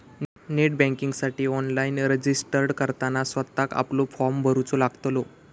net बँकिंगसाठी online registered करताना स्वतःक आपलो फॉर्म भरूचो लागतलो